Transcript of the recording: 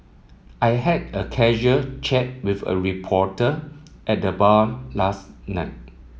I had a casual chat with a reporter at the bar last night